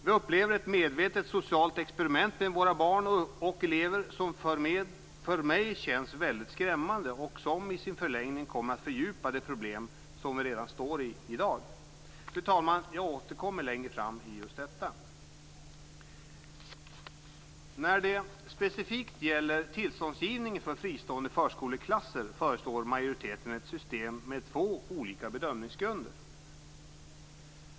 Vi upplever ett medvetet socialt experiment med våra barn och elever som för mig känns väldigt skrämmande och som i sin förlängning kommer att fördjupa de problem som vi redan står inför i dag. Fru talman! Jag återkommer längre fram till detta. När det specifikt gäller tillståndsgivning för fristående förskoleklasser föreslår majoriteten ett system med två olika bedömningsgrunder.